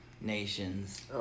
Nations